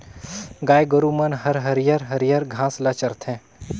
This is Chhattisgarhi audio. गाय गोरु मन हर हरियर हरियर घास ल चरथे